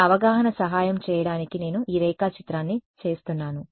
నా అవగాహన సహాయం చేయడానికి నేను ఈ రేఖాచిత్రాన్ని చేస్తున్నాను